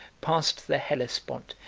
passed the hellespont,